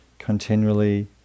continually